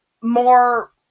more